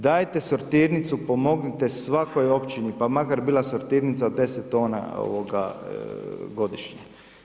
Dajte sortirnicu, pomognite svakoj općini pa makar bila sortirnica od 10 tona ovoga godišnje.